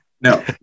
No